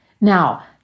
now